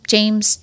James